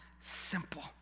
simple